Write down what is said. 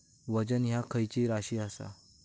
वजन ह्या खैची राशी असा?